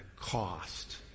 cost